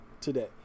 today